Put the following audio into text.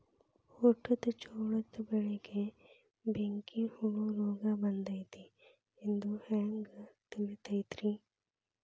ಊಟದ ಜೋಳದ ಬೆಳೆಗೆ ಬೆಂಕಿ ಹುಳ ರೋಗ ಬಂದೈತಿ ಎಂದು ಹ್ಯಾಂಗ ತಿಳಿತೈತರೇ?